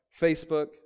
Facebook